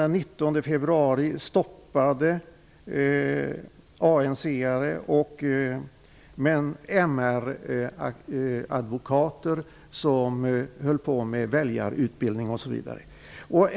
Den 19 februari stoppade man ANC:are och MR-advokater som höll på med väljarutbildning.